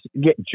get